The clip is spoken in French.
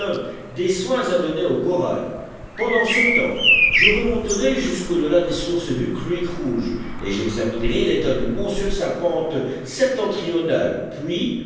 des soins à donner au corral pendant ce temps je remonterai jusqu'au delà des sources du creek rouge et j'examinerai l'état du mont sur sa pente septentrionale puis